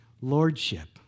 Lordship